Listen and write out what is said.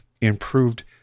improved